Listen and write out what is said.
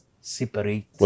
separate